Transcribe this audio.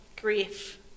grief